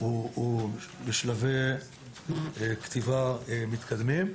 הוא בשלבי כתיבה מתקדמים.